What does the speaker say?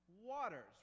waters